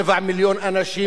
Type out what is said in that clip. רבע מיליון אנשים,